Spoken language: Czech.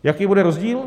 Jaký bude rozdíl?